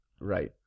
right